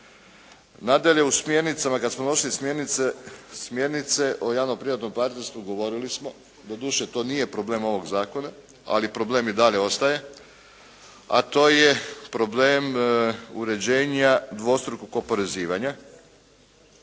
Nadalje, u smjernicama kada smo donosili smjernice o javno-privatnom partnerstvu govorili smo, doduše to nije problem ovog zakona, ali problem i dalje ostaje, a to je problem uređenja dvostrukog oporezivanja